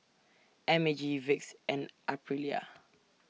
M A G Vicks and Aprilia